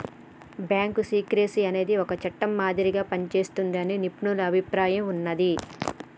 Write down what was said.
bank secrecy అనేది ఒక చట్టం మాదిరిగా పనిజేస్తాదని నిపుణుల అభిప్రాయం ఉన్నాది